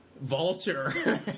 Vulture